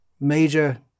major